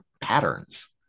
patterns